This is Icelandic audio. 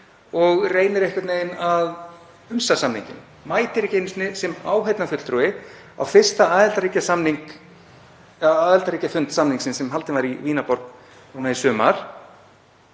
og reynir einhvern veginn að hunsa samninginn, mætir ekki einu sinni sem áheyrnarfulltrúi á fyrsta aðildarríkjafund samningsins sem haldin var í Vínarborg í sumar